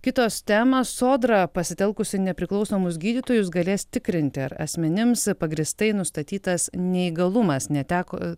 kitos temos sodra pasitelkusi nepriklausomus gydytojus galės tikrinti ar asmenims pagrįstai nustatytas neįgalumas neteko